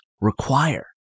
require